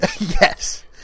Yes